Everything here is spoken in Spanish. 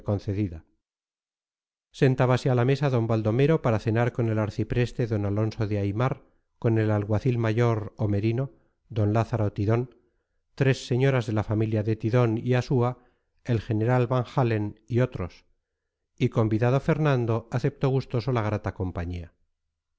concedida sentábase a la mesa d baldomero para cenar con el arcipreste don alonso de aimar con el alguacil mayor o merino d lázaro tidón tres señoras de la familia de tidón y asúa el general van-halen y otros y convidado fernando aceptó gustoso la grata compañía